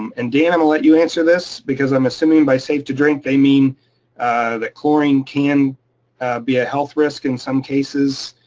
um and dan, i'm gonna let you answer this, because i'm assuming by safe to drink, they mean that chlorine can be a health risk in some cases.